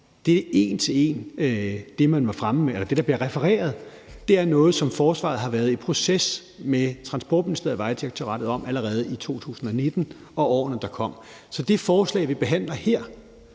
det, der blev refereret man har sagt fra forsvarets side, er en til en noget, som forsvaret har været i proces med Transportministeriet og Vejdirektoratet om allerede i 2019 og årene derefter. Så det forslag, vi behandler her,